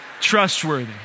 trustworthy